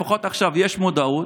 לפחות עכשיו יש מודעות.